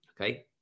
okay